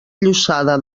llossada